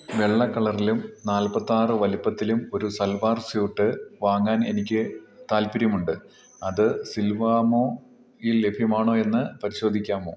വെള്ള കളറിലും നാൽപ്പത്തിയാറ് വലിപ്പത്തിലും ഒരു സൽവാർ സ്യൂട്ട് വാങ്ങാൻ എനിക്കു താൽപ്പര്യമുണ്ട് അത് സിൽവാമോയിൽ ലഭ്യമാണോ എന്നു പരിശോധിക്കാമോ